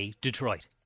Detroit